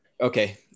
Okay